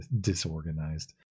disorganized